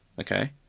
Okay